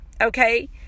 Okay